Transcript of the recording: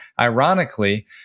ironically